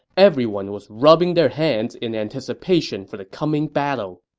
everyone was rubbing their hands in anticipation for the coming battle